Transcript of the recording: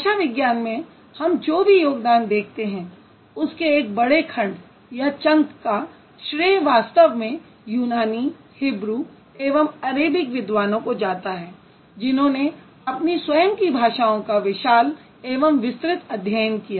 भाषा विज्ञान में हम जो भी योगदान देखते हैं उसके एक बड़े खंड का श्रेय वास्तव में यूनानी हिब्रू एवं अरेबिक विद्वानों को जाता है जिन्होंने अपनी स्वयं की भाषाओं का विशाल एवं विस्तृत अध्ययन किया